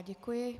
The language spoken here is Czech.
Děkuji.